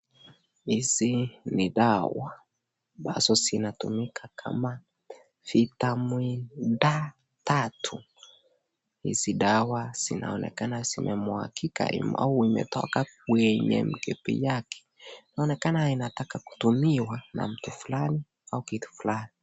Hizi ni dawa ambazo zinatumika kama vitamin tatu. Hizi dawa zinaonekana zimemwakika au imetoka kwenye mkebe yake. Inaonekana inataka kutumiwa na mtu fulani au kitu fulani.